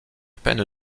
peine